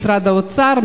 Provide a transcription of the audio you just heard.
משרד האוצר,